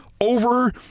over